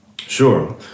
Sure